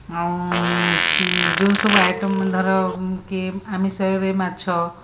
ଆଉ ଯେଉଁ ସବୁ ଆଇଟମ୍ ମାନେ ଧର କିଏ ଆମିଷରେ ମାଛ